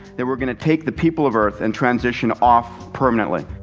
that we're going to take the people of earth and transition off permanently.